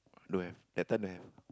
don't have that time don't have